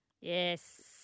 Yes